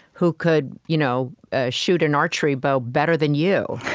who could you know ah shoot an archery bow better than you.